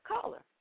color